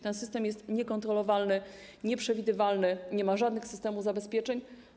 Ten system jest niekontrolowalny, nieprzewidywalny, nie ma żadnych systemów zabezpieczeń.